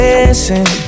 Missing